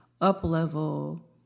up-level